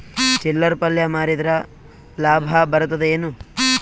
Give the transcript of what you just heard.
ಚಿಲ್ಲರ್ ಪಲ್ಯ ಮಾರಿದ್ರ ಲಾಭ ಬರತದ ಏನು?